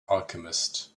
alchemist